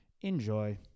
Enjoy